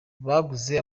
baguze